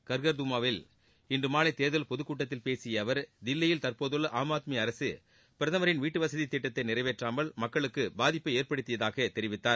கர்கர்தூமாவில் இன்று மாலை தேர்தல் பொதுக்கூட்டத்தில் பேசிய அவர் தில்லியில் தற்போதுள்ள ஆம் ஆத்மி அரசு பிரதமரின் வீட்டுவசதி திட்டத்தை நிறைவேற்றாமல் மக்களுக்கு பாதிப்பை ஏற்படுத்தியதாக தெரிவித்தார்